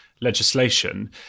legislation